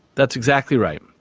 that's exactly right,